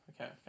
okay